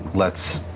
let's